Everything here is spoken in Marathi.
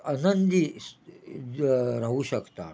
आनंदी स् ज राहू शकता